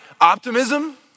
optimism